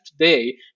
today